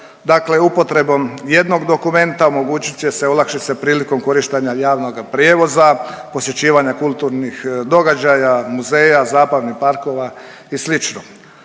upotrebom jednog dokumenta omogućit će se olakšice prilikom korištenja javnoga prijevoza, posjećivanja kulturnih događaja, muzeja, zabavnih parkova i